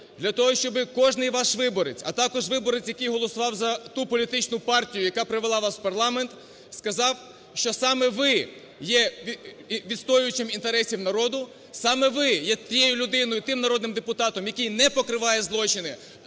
для того, щоб кожний ваш виборець, а також виборець, який голосував за ту політичну партію, яка привела вас в парламент, сказав, що саме ви є відстоювачем інтересів народу, саме ви є тією людиною, тим народним депутатом, який не покриває злочини,